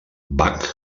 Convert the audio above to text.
bach